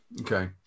Okay